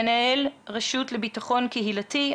מנהל הרשות לביטחון קהילתי,